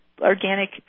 organic